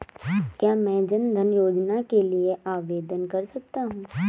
क्या मैं जन धन योजना के लिए आवेदन कर सकता हूँ?